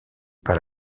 par